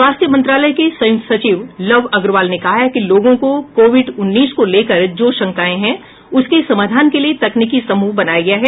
स्वास्थ्य मंत्रालय के संयुक्त सचिव लव अग्रवाल ने कहा कि लोगों को कोविड उन्नीस को लेकर जो शंकाएं है उसके समाधान के लिए तकनीकी समूह बनाया गया है